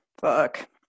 Fuck